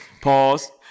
Pause